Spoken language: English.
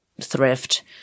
thrift